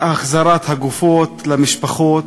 החזרת הגופות למשפחות,